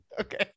Okay